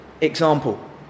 example